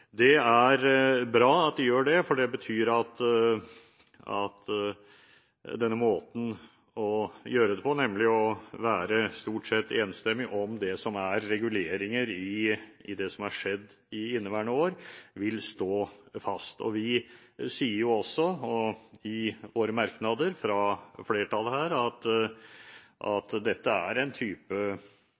Det er bra at de gjør det, for det betyr at denne måten å gjøre det på, nemlig å være stort sett enstemmig om det som er reguleringer i det som har skjedd i inneværende år, vil stå fast. Vi sier jo også i våre merknader fra flertallet her at dette er en type